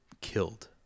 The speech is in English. killed